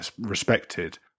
respected